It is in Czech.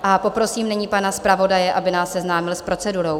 A poprosím nyní pana zpravodaje, aby nás seznámil s procedurou.